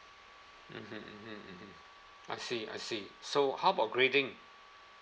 mmhmm mmhmm mmhmm I see I see so how about grading